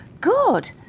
good